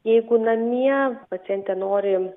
jeigu namie pacientė nori